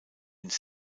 ins